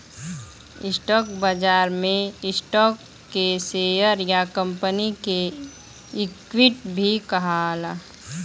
stock बाजार में stock के शेयर या कंपनी के इक्विटी भी कहाला